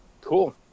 cool